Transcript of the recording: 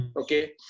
Okay